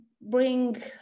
bring